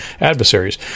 adversaries